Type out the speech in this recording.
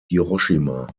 hiroshima